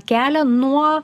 kelią nuo